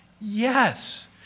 Yes